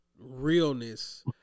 Realness